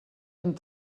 amb